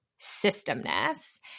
systemness